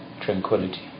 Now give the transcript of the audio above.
tranquility